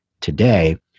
today